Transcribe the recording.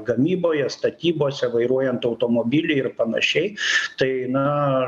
gamyboje statybose vairuojant automobilį ir panašiai tai na